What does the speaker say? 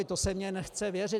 To se mi nechce věřit.